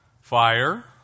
fire